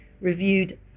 reviewed